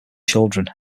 children